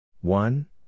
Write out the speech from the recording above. One